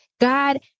God